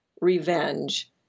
revenge